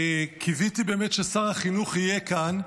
קיוויתי באמת ששר החינוך יהיה כאן.